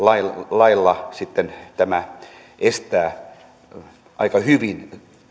ja tällä lailla voidaan tämä estää ja torjua aika hyvin